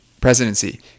presidency